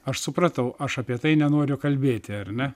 aš supratau aš apie tai nenoriu kalbėti ar ne